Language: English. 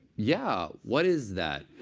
yeah, what is that?